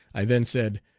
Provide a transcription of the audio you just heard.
i then said,